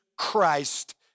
Christ